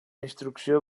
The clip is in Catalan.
instrucció